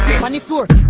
twenty four